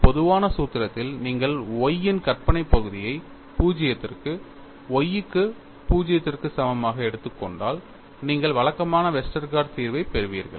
பொதுவான சூத்திரத்தில் நீங்கள் Y இன் கற்பனை பகுதியை 0 க்கு y க்கு 0 க்கு சமமாக எடுத்துக் கொண்டால் நீங்கள் வழக்கமான வெஸ்டர்கார்ட் தீர்வைப் பெறுவீர்கள்